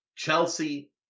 Chelsea